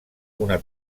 una